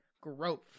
growth